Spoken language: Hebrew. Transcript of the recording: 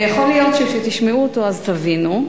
ויכול להיות שכשתשמעו אותו אז תבינו.